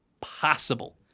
possible